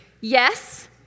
Yes